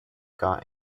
got